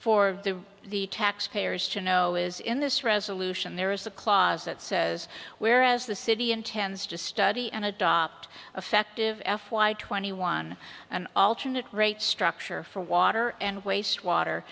for the the tax payers to know is in this resolution there is a clause that says whereas the city intends to study and adopt affective f y twenty one an alternate rate structure for water and wastewater